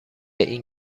این